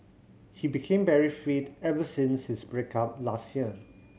he became very fit ever since his break up last year